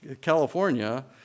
California